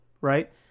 Right